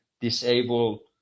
disable